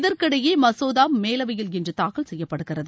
இதற்கிடையே இம்மசோதாமேலவையில் இன்றுதாக்கல் செய்யப்படுகிறது